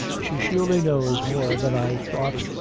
she surely knows more than i thought,